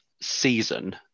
season